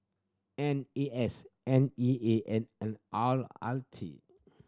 N A S N E A and L R R T